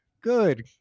good